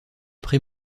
pré